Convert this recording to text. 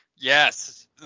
Yes